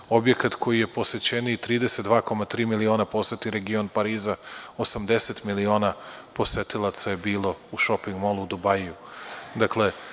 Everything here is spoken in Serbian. To je objekat koji je posećeniji, 32,3 miliona poseti region Pariza, a 80 miliona posetilaca je bilo u šoping molu u Dubajiu.